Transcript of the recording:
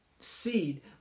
Seed